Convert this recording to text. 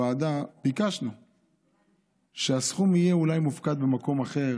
שבוועדה ביקשנו שהסכום אולי יהיה מופקד במקום אחר,